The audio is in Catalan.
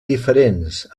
diferents